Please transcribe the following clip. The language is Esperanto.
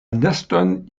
neston